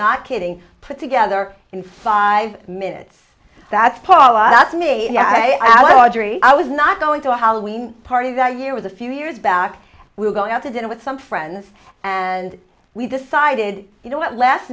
not kidding put together in five minutes that's paula that's made i was audrey i was not going to halloween party that year with a few years back we were going out to dinner with some friends and we decided you know what last